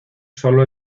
solo